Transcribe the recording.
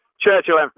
Churchill